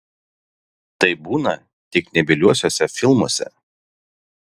taip būna tik nebyliuosiuose filmuose